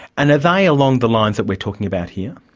and are they along the lines that we're talking about here?